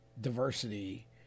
diversity